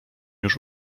już